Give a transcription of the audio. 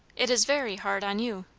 it is very hard on you!